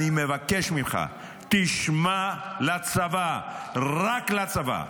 אני מבקש ממך, תשמע לצבא, רק לצבא.